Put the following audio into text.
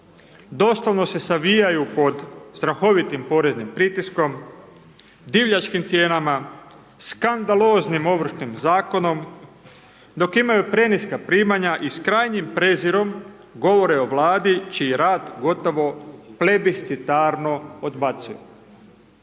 doslovne se savijaju pod strahovitim poreznim pritiskom, divljačkim cijenama, skandaloznim ovršnim zakonom, dok imaju preniska primanja i s krajnjim prezirom govore o Vladi čiji rad gotovo plebiscitarno odbacuju.